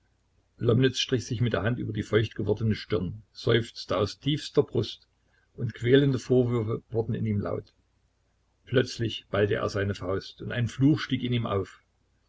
strich sich mit der hand über die feuchtgewordene stirn seufzte aus tiefster brust und quälende vorwürfe wurden in ihm laut plötzlich ballte er seine faust und ein fluch stieg in ihm auf